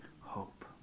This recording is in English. hope